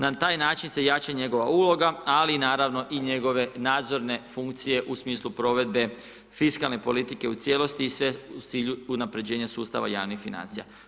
Na taj način se jača njegova uloga, ali i naravno i njegove nadzorne funkcije u smislu provedbe fiskalne politike u cijelosti, i sve u cilju unapređenju sustava javnih financija.